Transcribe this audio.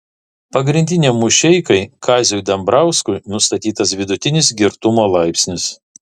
pagrindiniam mušeikai kaziui dambrauskui nustatytas vidutinis girtumo laipsnis